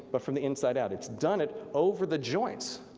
but from the inside out. it's done it over the joints.